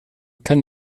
kann